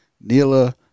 Nila